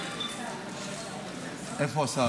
איפה השר?